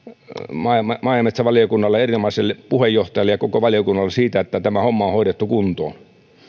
maa ja metsävaliokunnalle erinomaiselle puheenjohtajalle ja koko valiokunnalle siitä että tämä homma on hoidettu kuntoon